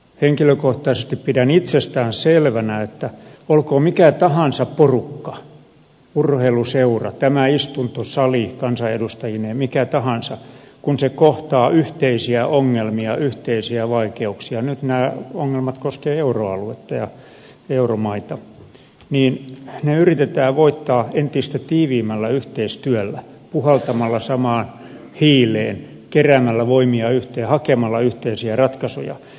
henkilökohtaisesti pidän itsestään selvänä että olkoon mikä tahansa porukka urheiluseura tämä istuntosali kansanedustajineen mikä tahansa kun se kohtaa yhteisiä ongelmia yhteisiä vaikeuksia nyt nämä ongelmat koskevat euroaluetta ja euromaita niin ne yritetään voittaa entistä tiiviimmällä yhteistyöllä puhaltamalla samaan hiileen keräämällä voimia yhteen hakemalla yhteisiä ratkaisuja